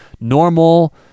normal